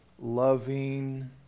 Loving